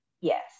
Yes